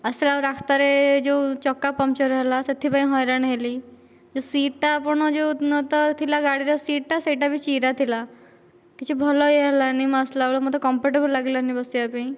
ଆସିଲା ବେଳକୁ ରାସ୍ତାରେ ଯେଉଁ ଚକା ପଙ୍କଚର ହେଲା ସେଥିପାଇଁ ହଇରାଣ ହେଲି ଯେଉଁ ସିଟ୍ଟା ଆପଣ ଯେଉଁ ଥିଲା ଗାଡ଼ିର ସିଟ୍ଟା ସେଇଟା ବି ଚିରା ଥିଲା କିଛି ଭଲ ହୋଇ ହେଲାନି ମୁଁ ଅସିଲାବେଳକୁ ମୋତେ କମ୍ଫର୍ଟେବଲ ଲାଗିଲାନି ବସିବା ପାଇଁ